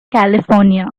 california